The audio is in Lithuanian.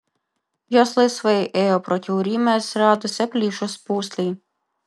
jos laisvai ėjo pro kiaurymę atsiradusią plyšus pūslei